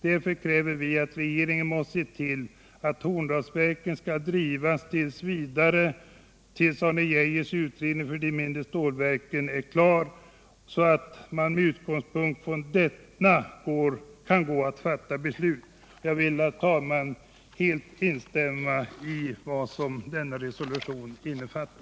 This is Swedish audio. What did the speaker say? Därför kräver vi att regeringen måste se till att Horndalsverken skall drivas vidare tills Arne Geijers utredning för de mindre stålverken är fullt klar, så att det med utgångspunkt från den går att fatta beslut.” Jag vill, herr talman, helt instämma i detta.